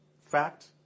fact